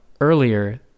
earlier